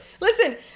Listen